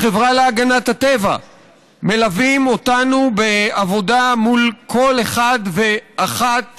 החברה להגנת הטבע מלווים אותנו בעבודה מול כל אחד ואחת